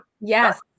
Yes